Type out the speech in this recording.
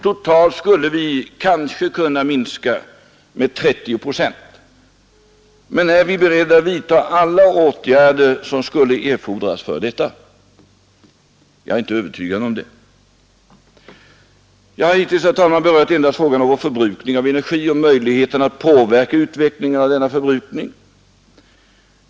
Totalt skulle vi kanske kunna minska med 30 procent, men är vi beredda att vidta alla åtgärder som skulle erfordras för detta? Jag är inte övertygad om det. Jag har hittills, herr talman, berört endast frågan om vår förbrukning av energi och möjligheterna att påverka utvecklingen av denna förbrukning.